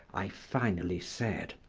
i finally said,